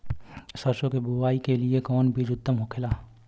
सरसो के बुआई के लिए कवन बिज उत्तम होखेला?